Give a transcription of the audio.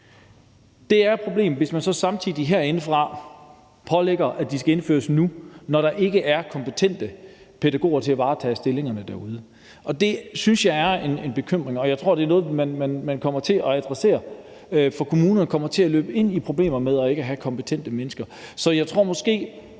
Det er et problem, hvis man så samtidig herindefra pålægger, at de skal indføres nu, når der ikke er kompetente pædagoger til at varetage stillingerne derude. Det synes jeg er en bekymring, og jeg tror, det er noget, man kommer til at adressere, for kommunerne kommer til at løbe ind i problemer med ikke at have kompetente mennesker. Så jeg tror –